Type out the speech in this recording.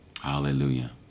Hallelujah